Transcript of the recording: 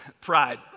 Pride